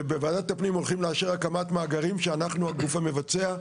ובוועדת הפנים הולכים לאשר הקמת מאגרים שאנחנו הגוף המבצע,